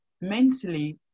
Mentally